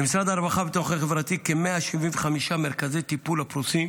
למשרד הרווחה והביטחון החברתי כ-175 מרכזי טיפול הפרוסים